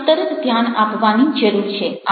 ત્યાં તરત ધ્યાન આપવાની જરૂર છે